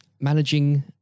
managing